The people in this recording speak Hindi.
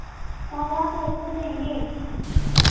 सारा पैसे देंगे